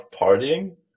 partying